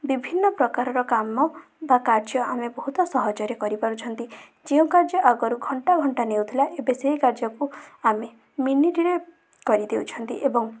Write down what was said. ବିଭିନ୍ନ ପ୍ରକାରର କାମ ବା କାର୍ଯ୍ୟ ଆମେ ବହୁତ ସହଜରେ କରିପାରୁଛନ୍ତି ଯେଉଁ କାର୍ଯ୍ୟ ଆଗରୁ ଘଣ୍ଟା ଘଣ୍ଟା ନେଉଥିଲା ଏବେ ସେ କାର୍ଯ୍ୟକୁ ଆମେ ମିନିଟରେ କରିଦେଉଛନ୍ତି ଏବଂ